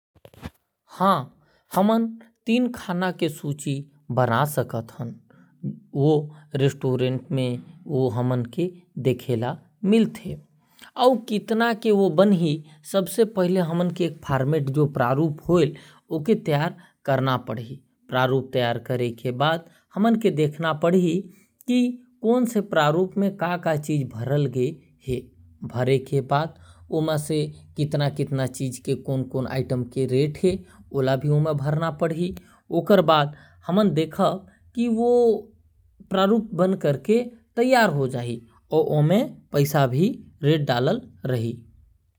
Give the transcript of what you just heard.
हां हमन तीन खाना के सूची बना सकत हन। रेस्टोरेंट में हमन के देखे बर मिलेल और ओला बनाए बर हमके प्रारूप तैयार करना पड़ी और कौन कौन आइटम के क्या क्या रेट डालना है ओला देखना पढ़ी और रेट डालना पढ़ी।